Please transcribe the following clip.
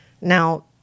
Now